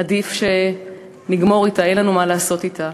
עדיף שנגמור אתה, אין לנו מה לעשות אתה.